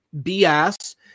BS